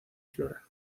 flora